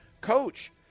coach